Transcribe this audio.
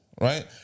right